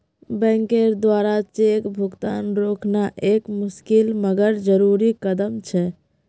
बैंकेर द्वारा चेक भुगतान रोकना एक मुशिकल मगर जरुरी कदम छे